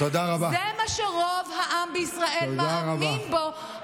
זה מה שרוב העם בישראל מאמין בו,